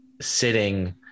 sitting